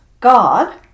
God